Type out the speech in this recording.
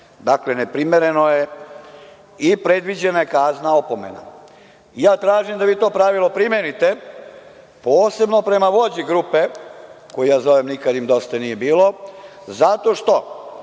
Dakle, neprimereno je i predviđena je kazna opomene. Tražim da vi to pravilo primenite, posebno prema vođi grupe, koju ja zovem „nikad im dosta nije bilo“, zato što